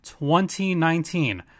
2019